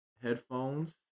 Headphones